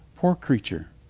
poor creature,